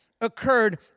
occurred